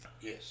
Yes